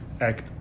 act